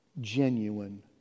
genuine